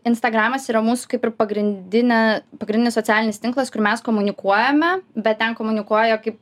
instagramas yra mūsų kaip ir pagrindinė pagrindinis socialinis tinklas kur mes komunikuojame bet ten komunikuoja kaip